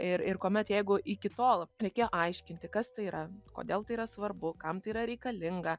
ir ir kuomet jeigu iki tol reikėjo aiškinti kas tai yra kodėl tai yra svarbu kam yra reikalinga